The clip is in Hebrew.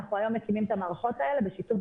אנחנו היום מקימים את המערכות האלה בשיתוף